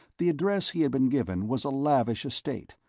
the address he had been given was a lavish estate,